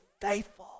faithful